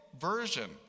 version